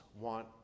want